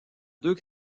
deux